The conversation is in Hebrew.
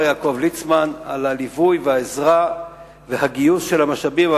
יעקב ליצמן על הליווי והעזרה והגיוס של המשאבים.